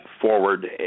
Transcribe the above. forward